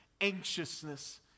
anxiousness